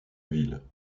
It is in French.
ville